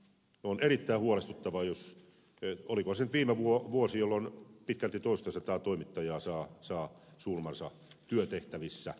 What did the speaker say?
on erittäin huolestuttavaa jos olikohan se nyt viime vuonna kun näin tapahtui pitkälti toistasataa toimittajaa saa surmansa työtehtävissä